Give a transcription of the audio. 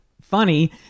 funny